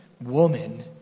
woman